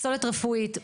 פסולת רפואית,